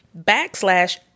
backslash